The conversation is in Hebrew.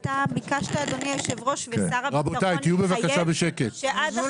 אתה ביקשת אדוני היושב ראש ושר הביטחון התחייב שעד